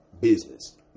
business